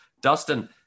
Dustin